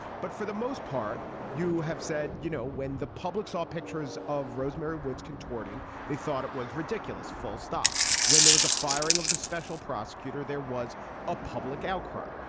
but for the most part, you have said, you know, when the public saw pictures of rosemary woods contorting, they thought it was ridiculous. full stop when there was a firing of the special prosecutor, there was a public outcry.